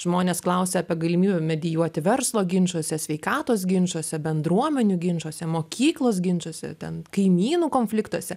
žmonės klausia apie galimybę medijuoti verslo ginčuose sveikatos ginčuose bendruomenių ginčuose mokyklos ginčuose ten kaimynų konfliktuose